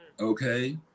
Okay